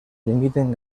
limiten